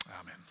Amen